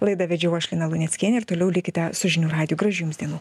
laidą vedžiau aš lina luneckienė ir toliau likite su žinių radiju gražių jums dienų